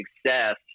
success